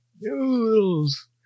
Noodles